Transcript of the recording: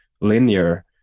linear